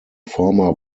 former